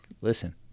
listen